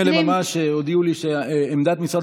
ברגעים אלה ממש הודיעו לי שעמדת משרד